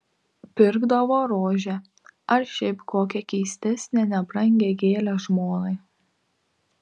pirkdavo rožę ar šiaip kokią keistesnę nebrangią gėlelę žmonai